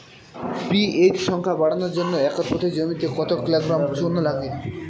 PH সংখ্যা বাড়ানোর জন্য একর প্রতি জমিতে কত কিলোগ্রাম চুন লাগে?